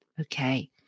Okay